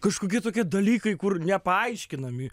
kažkokie tokie dalykai kur nepaaiškinami